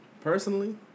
personally